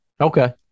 Okay